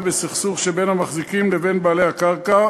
בסכסוך שבין המחזיקים לבין בעלי הקרקע,